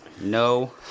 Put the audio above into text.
no